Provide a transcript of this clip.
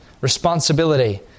responsibility